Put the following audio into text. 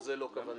וזו לא כוונתי.